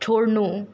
छोड्नु